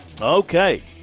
Okay